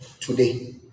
today